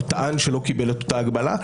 או טען שלא קיבל את אותה הגבלה,